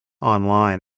online